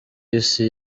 isi